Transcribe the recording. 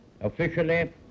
officially